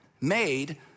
made